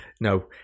No